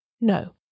No